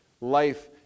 Life